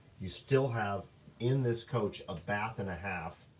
you still have in this coach, a bath and a half,